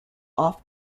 off